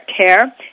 Care